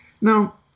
Now